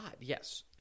yes